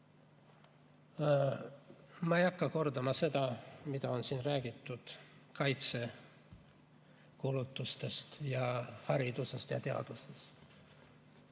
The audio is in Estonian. Ma ei hakka kordama seda, mida on siin räägitud kaitsekulutustest, haridusest ja teadusest.